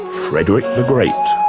frederick the great.